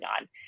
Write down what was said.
on